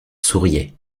souriait